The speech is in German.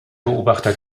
beobachter